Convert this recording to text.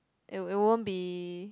it w~ it won't be